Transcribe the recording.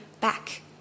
back